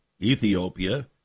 Ethiopia